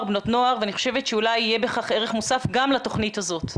ובני נוער ואני חושבת שאולי יהיה בכך ערך מוסף גם לתוכנית הזאת.